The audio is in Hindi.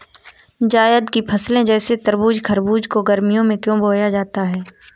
जायद की फसले जैसे तरबूज़ खरबूज को गर्मियों में क्यो बोया जाता है?